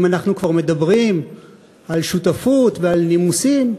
אם אנחנו כבר מדברים על שותפות ועל נימוסים,